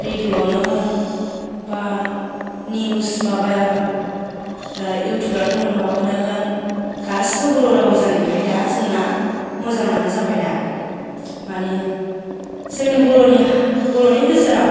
radio आवनो होन बा निउस माबाया इउटुबारखौनो माबाखौनो होन गासिबो बर' रावै जानायखाय दा जोंना मोजाङानो जाबाय दा माने जोंनि बर'नि बर'नि गेजेराव